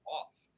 off